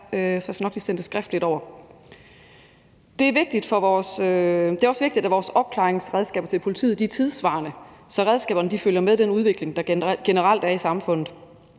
så jeg skal nok lige sende spørgsmålet skriftligt over. Det er også vigtigt, at vores opklaringsredskaber til politiet er tidssvarende, at redskaberne følger med den udvikling, der generelt er i samfundet.